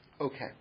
Okay